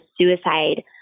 suicide